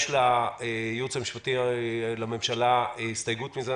יש לייעוץ המשפטי לממשלה הסתייגות מזה,